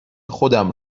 خودم